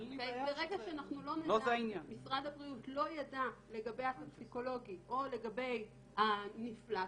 ברגע שמשרד הבריאות לא ידע לגבי הטוקסיקולוגי או לגבי הנפלט,